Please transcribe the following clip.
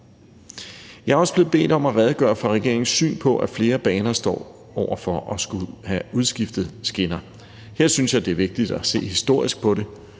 Jeg er også blevet bedt om at redegøre for regeringens syn på, at flere baner står over for at skulle have udskiftet skinner. Her synes jeg, det er vigtigt at se historisk på det.